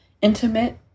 intimate